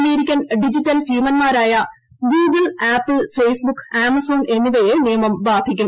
American digital ഭീമൻമാരായ Google Apple Facebook Amazon എന്നിവയെ നിയമം ബാധിക്കും